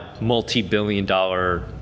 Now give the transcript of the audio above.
multi-billion-dollar